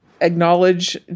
Acknowledge